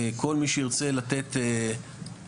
כל מי שירצה לתת תוספת,